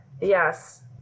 Yes